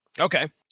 Okay